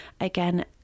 Again